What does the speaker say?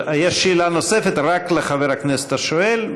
יש שאלה נוספת, רק לחבר הכנסת השואל.